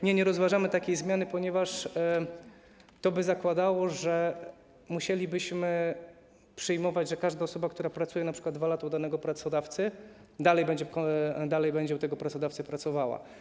Nie, nie rozważamy takiej zmiany, ponieważ to by zakładało, że musielibyśmy przyjmować, że każda osoba, która pracuje np. 2 lata u danego pracodawcy, dalej będzie u tego pracodawcy pracowała.